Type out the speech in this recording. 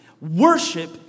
worship